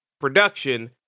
production